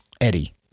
Eddie